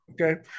Okay